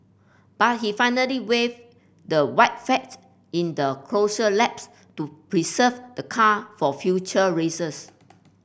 but he finally waved the white fact in the closure laps to preserve the car for future races